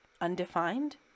undefined